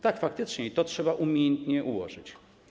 Tak, faktycznie, i to trzeba umiejętnie ułożyć.